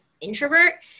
introvert